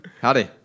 Howdy